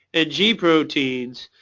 ah g proteins,